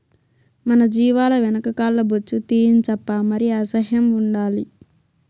మన జీవాల వెనక కాల్ల బొచ్చు తీయించప్పా మరి అసహ్యం ఉండాలి